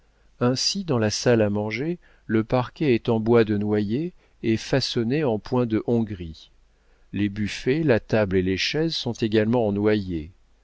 ainsi dans la salle à manger le parquet est en bois de noyer et façonné en point de hongrie les buffets la table et les chaises sont également en noyer